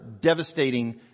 devastating